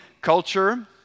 culture